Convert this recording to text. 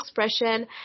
expression